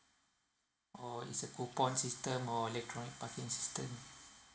orh it's a coupon system or electronic parking system